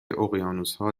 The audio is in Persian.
اقیانوسها